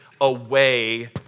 away